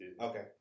Okay